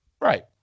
Right